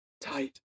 Tight